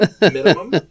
minimum